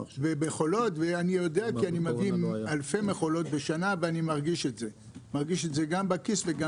אני יודע כי אני מביא אלפי מכולות בשנה ואני מרגיש את זה גם בכיס.